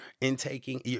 intaking